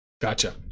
gotcha